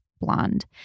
blonde